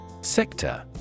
Sector